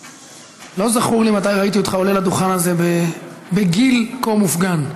לא זכור לי מתי ראיתי אותך עולה לדוכן הזה בגיל כה מופגן.